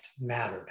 mattered